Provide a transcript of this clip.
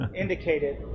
Indicated